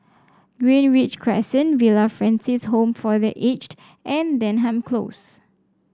Greenridge Crescent Villa Francis Home for The Aged and Denham Close